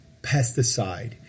pesticide